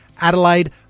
adelaide